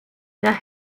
der